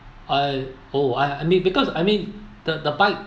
I oh I mean because I mean the the bike